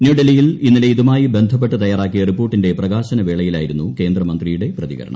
ന്യൂഡൽക്ടിയിൽ ഇന്നലെ ഇതുമായി ബന്ധപ്പെട്ട് തയ്യാറാക്കിയ റിപ്പോർട്ടിന്റെ പ്രക്ടിശ്രനവേളയിലായിരുന്നു കേന്ദ്രമന്ത്രിയുടെ പ്രതികരണം